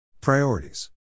Priorities